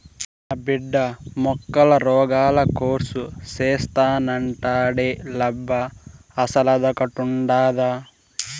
నా బిడ్డ మొక్కల రోగాల కోర్సు సేత్తానంటాండేలబ్బా అసలదొకటుండాదా